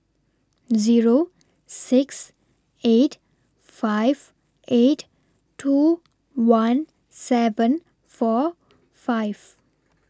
Zero six eight five eight two one seven four five